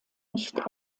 nicht